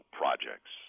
projects